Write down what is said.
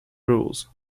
rules